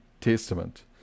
Testament